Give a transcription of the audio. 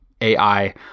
AI